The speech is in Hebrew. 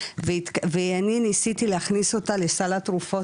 ואני ניסיתי להכניס אותה לסל התרופות,